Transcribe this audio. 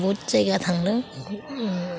बहुथ जायगा थांदों